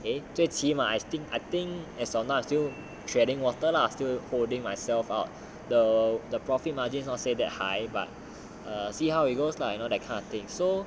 eh 最起码 I think I think as of now still treading water lah still holding myself out the the profit margins not say that high but see how it goes lah you know that kind of thing so